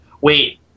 wait